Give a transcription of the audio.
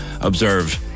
observe